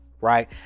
right